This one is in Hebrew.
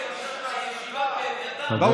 אלה תוצאות ההצבעה: בעד הצעת החוק,